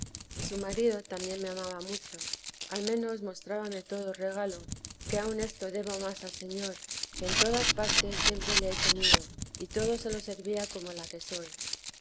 y su marido también me amaba mucho al menos mostrábame todo regalo que aun esto debo más al señor que en todas partes siempre le he tenido y todo se io servía como la que soy